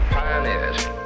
pioneers